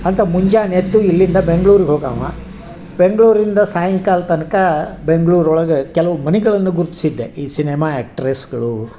ಅಂತ ಮುಂಜಾನೆ ಎದ್ದು ಇಲ್ಲಿಂದ ಬೆಂಗ್ಳೂರಿಗೆ ಹೋಗಾವ ಬೆಂಗಳೂರಿಂದ ಸಾಯಂಕಾಲ ತನಕ ಬೆಂಗ್ಳೂರು ಒಳಗೆ ಕೆಲವು ಮನಿಗಳನ್ನು ಗುರುತಿಸಿದ್ದೆ ಈ ಸಿನೆಮಾ ಆ್ಯಕ್ಟ್ರೆಸ್ಗಳು